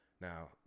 Now